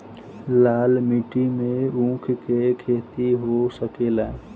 लाल माटी मे ऊँख के खेती हो सकेला?